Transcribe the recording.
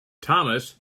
thomas